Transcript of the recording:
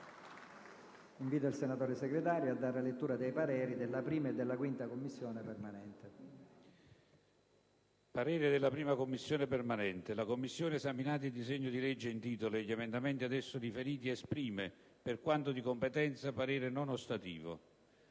«La 1a Commissione permanente, esaminati il disegno di legge in titolo e gli emendamenti ad esso riferiti, esprime, per quanto di competenza, parere non ostativo».